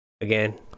again